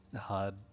hard